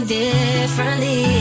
differently